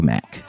Mac